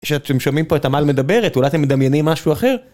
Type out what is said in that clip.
שאתם שומעים פה את עמל מדברת, אולי אתם מדמיינים משהו אחר?